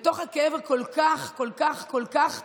בתוך הכאב הכל-כך כל כך עמוק,